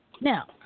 Now